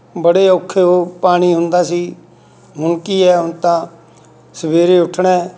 ਬੜੇ ਔਖੇ ਉਹ ਪਾਣੀ ਹੁੰਦਾ ਸੀ ਹੁਣ ਕੀ ਹੈ ਹੁਣ ਤਾਂ ਸਵੇਰੇ ਉੱਠਣਾ